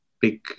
big